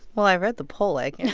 well, i read the poll. like yeah